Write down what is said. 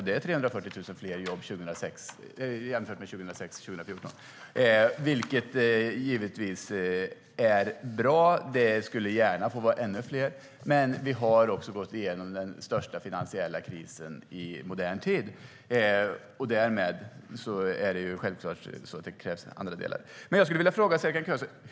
Det var 340 000 fler jobb 2014 jämfört med 2006, vilket givetvis är bra. Det hade gärna fått vara ännu fler. Men vi har också gått igenom den största finansiella krisen i modern tid. Därmed krävdes det självklart andra insatser. Jag vill ställa en fråga till Serkan Köse.